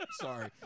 Sorry